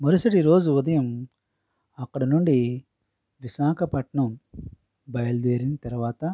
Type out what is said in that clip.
మరుసటి రోజు ఉదయం అక్కడి నుండి విశాఖపట్నం బయలుదేరిన తరువాత